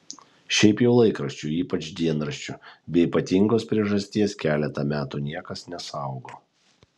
šiaip jau laikraščių ypač dienraščių be ypatingos priežasties keletą metų niekas nesaugo